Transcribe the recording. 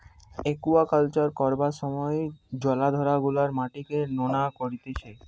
aquaculture করবার সময় জলাধার গুলার মাটিকে নোনা করতিছে